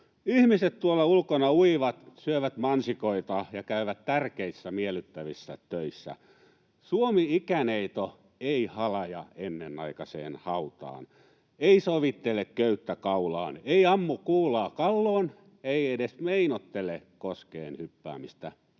Ihmiset tuolla ulkona uivat, syövät mansikoita ja käyvät tärkeissä miellyttävissä töissä. Suomi-ikäneito ei halaja ennenaikaiseen hautaan, ei sovittele köyttä kaulaan, ei ammu kuulaa kalloon, ei edes meinoittele koskeen hyppäämistä,